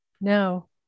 No